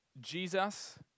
Jesus